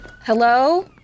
Hello